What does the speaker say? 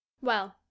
Well